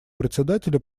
председателя